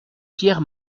pierre